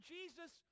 Jesus